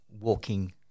walking